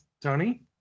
Tony